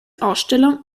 ausstellung